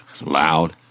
Loud